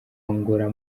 angola